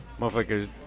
Motherfuckers